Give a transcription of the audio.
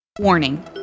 warning